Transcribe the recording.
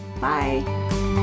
Bye